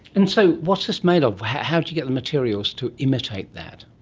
and so what's this made of, how do you get the materials to imitate that?